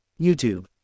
YouTube